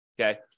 okay